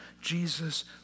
Jesus